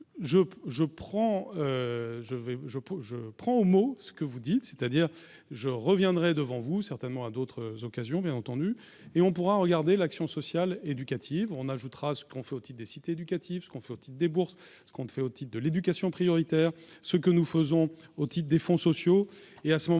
je prends au mot ce que vous dites, c'est-à-dire je reviendrai devant vous, certainement à d'autres occasions, bien entendu, et on pourra regarder l'action sociale, éducative, on ajoutera ce qu'on fait aussi des cités éducatifs, ce qu'on fait, déboursent ce qu'on ne fait aussi de l'éducation prioritaire, ce que nous faisons, otites, des fonds sociaux